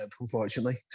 unfortunately